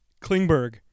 Klingberg